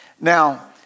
now